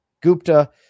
Gupta